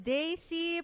Daisy